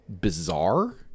bizarre